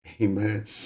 Amen